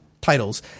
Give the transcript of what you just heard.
titles